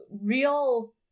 Real